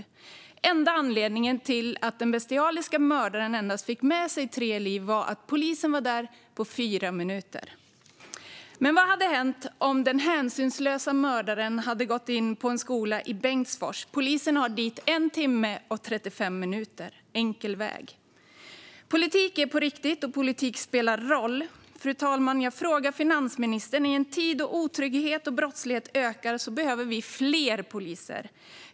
Den enda anledningen till att den bestialiske mördaren kunde ta endast tre liv var att polisen var där på fyra minuter. Men vad hade hänt om den hänsynslöse mördaren hade gått in på en skola i Bengtsfors? Polisen har 1 timme och 35 minuter dit, enkel väg. Politik är på riktigt, och politik spelar roll. Fru talman! Jag har två frågor till finansministern. I en tid då otrygghet och brottslighet ökar behöver vi fler poliser.